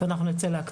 ואנחנו נצא להקצאה.